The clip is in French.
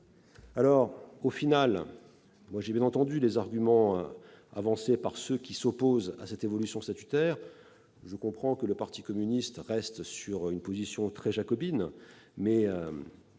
paix sur l'île. J'ai bien entendu les arguments avancés par ceux qui s'opposent à cette évolution statutaire. Je comprends que le parti communiste reste sur une position très jacobine, mais